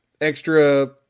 extra